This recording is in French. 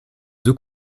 deux